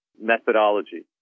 methodology